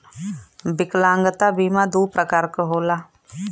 विकलागंता बीमा दू प्रकार क होला